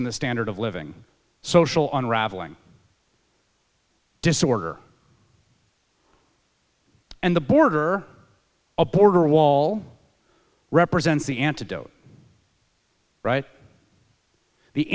in the standard of living social unraveling disorder and the border a border wall represents the antidote right the